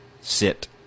sit